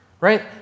right